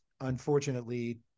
unfortunately